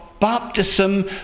baptism